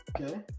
okay